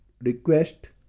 request